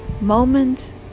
moment